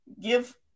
give